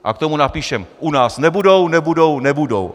A k tomu napíšeme: U nás nebudou, nebudou, nebudou.